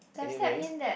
does that mean that